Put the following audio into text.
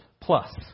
plus